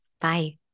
Bye